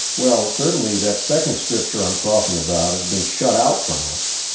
well, certainly that second scripture i'm talking about has been shut out from us.